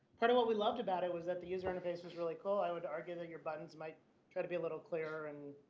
part of what we loved about it was that the user interface was really cool. i would argue that your buttons might try to be a little clearer and,